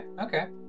Okay